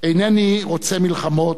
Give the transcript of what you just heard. "אינני רוצה מלחמות,